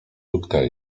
łódkę